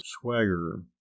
swagger